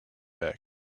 back